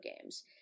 games